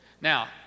Now